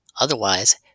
otherwise